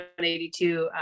182